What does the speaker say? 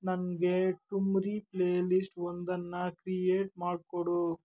ನನಗೆ thumri playlist ಒಂದನ್ನು create ಮಾಡಿಕೊಡು